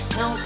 no